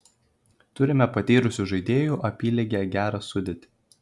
turime patyrusių žaidėjų apylygę gerą sudėtį